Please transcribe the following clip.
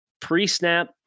Pre-snap